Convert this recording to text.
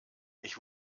ich